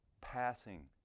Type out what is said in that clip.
passing